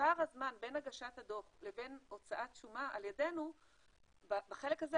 פער הזמן בין הגשת הדוח לבין הוצאת שומה על ידינו בחלק הזה